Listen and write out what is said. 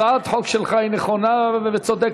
הצעת החוק שלך נכונה וצודקת.